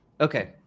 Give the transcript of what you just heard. Okay